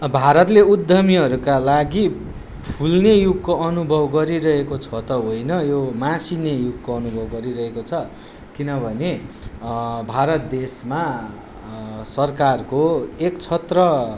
भारतले उद्यमीहरूका लागि फुल्ने युगको अनुभव गरिरहेको छ त होइन यो मासिने युगको अनुभव गरिरहेको छ किनभने भारत देशमा सरकारको एक क्षत्र